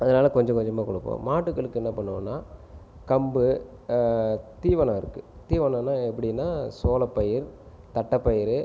அதனால் கொஞ்சம் கொஞ்சமாக கொடுப்போம் மாட்டுகளுக்கு என்ன பண்ணுவோன்னால் கம்பு தீவனம் அதுக்கு தீவனனால் எப்படின்னா சோளப்பயிர் தட்டை பயிர்